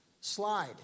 slide